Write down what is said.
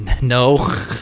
No